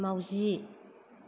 मावजि